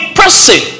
person